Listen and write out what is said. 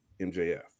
MJF